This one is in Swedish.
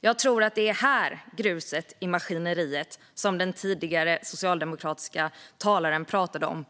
Jag tror faktiskt att det är här gruset i maskineriet, som den föregående socialdemokratiska talaren pratade om,